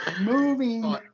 Moving